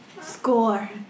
Score